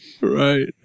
right